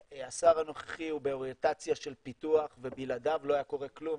השר הנוכחי הוא באוריינטציה של פיתוח ובלעדיו לא היה קורה כלום,